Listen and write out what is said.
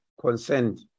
consent